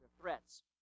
threats